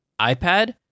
iPad